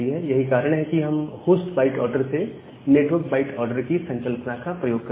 यही कारण है कि हम होस्ट बाइट ऑर्डर से नेटवर्क बाइट ऑर्डर की संकल्पना का प्रयोग करते हैं